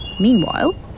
Meanwhile